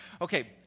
okay